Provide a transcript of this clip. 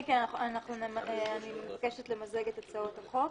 כן, אני מבקשת למזג את הצעות החוק